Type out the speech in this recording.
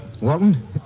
Walton